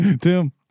Tim